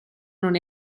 non